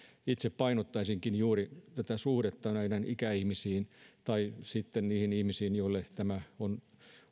itse painottaisinkin juuri suhdetta ikäihmisiin tai muihin niihin ihmisiin joille on